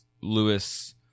Lewis